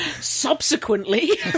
Subsequently